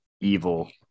evil